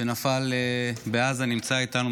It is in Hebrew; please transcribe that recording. שנפל בעזה, נמצא איתנו.